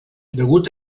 degut